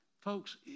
Folks